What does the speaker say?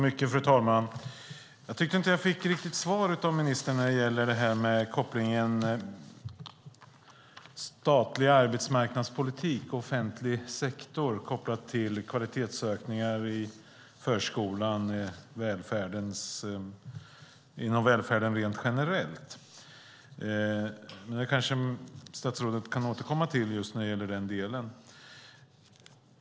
Fru talman! Jag tyckte inte att jag riktigt fick svar av ministern när det gäller statlig arbetsmarknadspolitik och offentlig sektor kopplat till kvalitetsökningar i förskolan och inom välfärden rent generellt. Statsrådet kanske kan återkomma till den delen.